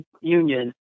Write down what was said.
Union